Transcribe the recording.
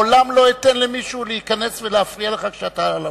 לעולם לא אתן למישהו להיכנס ולהפריע לך כשאתה,